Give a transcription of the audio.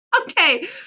Okay